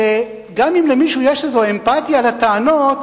שגם אם למישהו יש איזו אמפתיה לטענות,